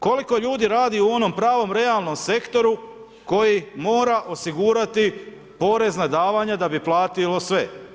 Koliko ljudi radi u onom pravom realnom sektoru koji mora osigurati porezna davanja da bi platio sve.